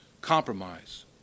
Compromise